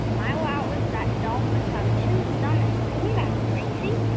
my wow is that dolphins have two stomachs. isn't that crazy?